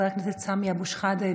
חבר הכנסת סמי אבו שחאדה,